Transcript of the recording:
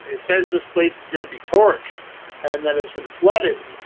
it says this place is gonna be torched and then it's been flooded and